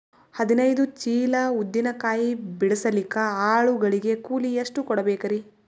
ಹದಿನೈದು ಚೀಲ ಉದ್ದಿನ ಕಾಯಿ ಬಿಡಸಲಿಕ ಆಳು ಗಳಿಗೆ ಕೂಲಿ ಎಷ್ಟು ಕೂಡಬೆಕರೀ?